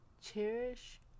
Cherish